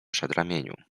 przedramieniu